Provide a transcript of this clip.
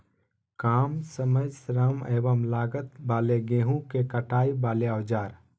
काम समय श्रम एवं लागत वाले गेहूं के कटाई वाले औजार?